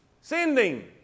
sending